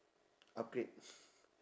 upgrade